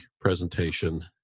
presentation